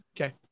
Okay